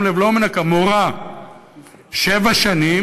שים לב,